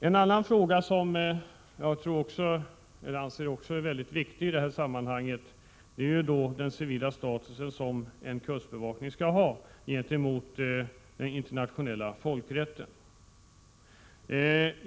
En annan fråga som jag också anser mycket viktig i sammanhanget är den civila status som en kustbevakning skall ha med avseende på den internationella folkrätten.